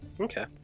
Okay